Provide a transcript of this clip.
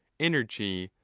energy,